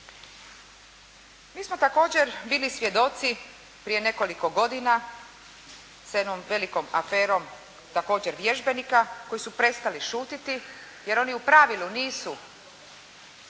Mi smo također bili svjedoci prije nekoliko godina, sa jednom velikom aferom, također vježbenika, koji su prestali šutjeti, jer oni u pravilu nisu